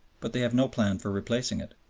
but they have no plan for replacing it.